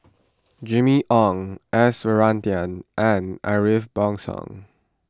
Jimmy Ong S Varathan and Ariff Bongso